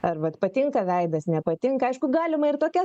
ar vat patinka veidas nepatinka aišku galima ir tokia